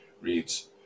reads